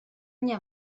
nie